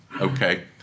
okay